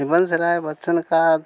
हरिवंश राय बच्चन की